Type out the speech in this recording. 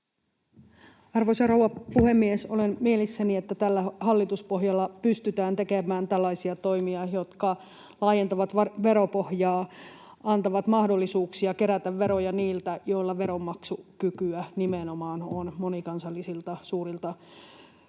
Arvoisa rouva puhemies! Olen mielissäni, että tällä hallituspohjalla pystytään tekemään tällaisia toimia, jotka laajentavat veropohjaa, antavat mahdollisuuksia kerätä veroja niiltä, joilla veronmaksukykyä nimenomaan on: monikansallisilta, suurilta